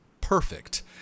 perfect